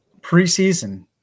preseason